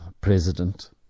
president